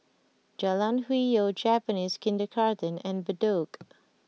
Jalan Hwi Yoh Japanese Kindergarten and Bedok